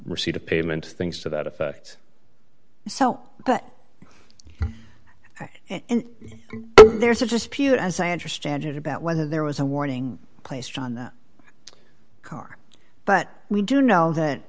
of payment things to that effect so but and there's a dispute as i understand it about whether there was a warning placed on the car but we do know that